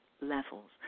levels